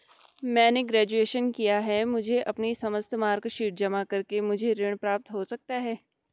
मैंने ग्रेजुएशन किया है मुझे अपनी समस्त मार्कशीट जमा करके मुझे ऋण प्राप्त हो सकता है?